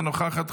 אינה נוכחת,